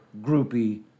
groupie